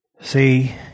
See